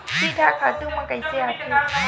कीट ह खातु म कइसे आथे?